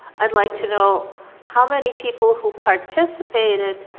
i'd like to know how many people who participated,